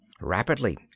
Rapidly